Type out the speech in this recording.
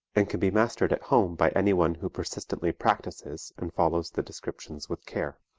and can be mastered at home by anyone who persistently practices and follows the descriptions with care.